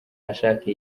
ashaka